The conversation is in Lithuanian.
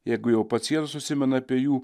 jeigu jau pats jėzus užsimena apie jų